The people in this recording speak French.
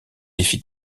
défi